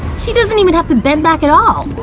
she doesn't even have to bend back at all!